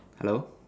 hello